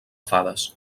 fades